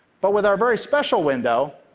but with our very special window,